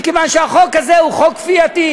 מכיוון שהחוק הזה הוא חוק כפייתי,